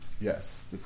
Yes